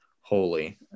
holy